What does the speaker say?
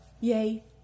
yay